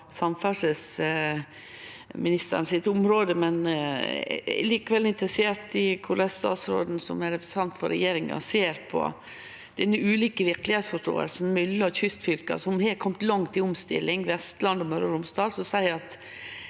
på samferdselsministeren sitt område, men eg er likevel interessert i korleis statsråden, som er representant for regjeringa, ser på den ulike verkelegheitsforståinga. Kystfylke som har kome langt i omstilling – Vestland og Møre og Romsdal – seier at